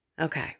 Okay